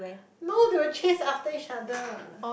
no they will chase after each other